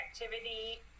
activity